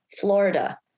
Florida